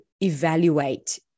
evaluate